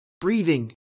breathing